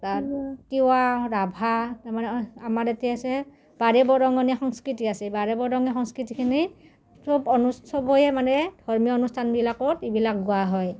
তাত তিৱা ৰাভা তাৰমানে আমাৰ এতিয়া আছে বাৰে বৰনীয়া সংস্কৃতি আছে বাৰে বৰনীয়া সংস্কৃতিখিনি চব অনু চবে মানে ধৰ্মীয় অনুষ্ঠানবিলাকত এইবিলাক গোৱা হয়